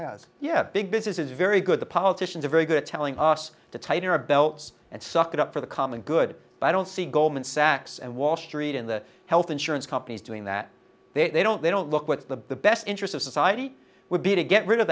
has yet big business is very good the politicians are very good at telling us to tighten our belts and suck it up for the common good but i don't see goldman sachs and wall street in the health insurance companies doing that they don't they don't look what's the best interest of society would be to get rid of